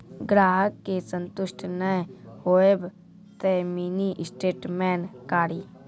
ग्राहक के संतुष्ट ने होयब ते मिनि स्टेटमेन कारी?